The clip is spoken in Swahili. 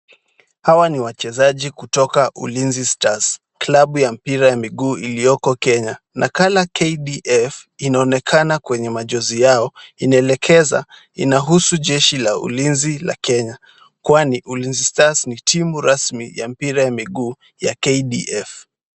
Hawa ni wachezaji kutoka Ulinzi Stars, kilabu ya mpira ya miguu iliyoko Kenya, nakala KDF inaonekana kwenye majezi yao, inaelekeza inahusu jeshi la ulinzi la Kenya, kwani Ulinzi Stars ni timu rasmi ya mpira ya miguu ya KDF.